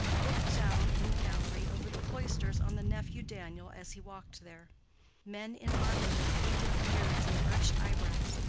looked down in the gallery over the cloisters on the nephew daniel as he walked there men in armor with pointed beards and arched eyebrows,